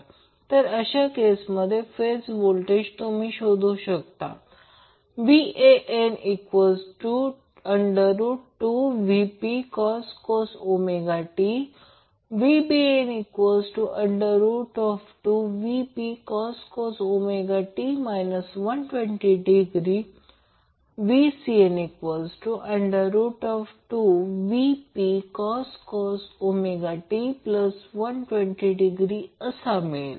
तर अशा केसमध्ये फेज व्होल्टेज तुम्ही म्हणू शकता vAN2Vpcos t vBN2Vpcos ω t 120° vCN2Vpcos ω t120° मिळेल